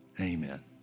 amen